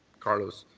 carlos,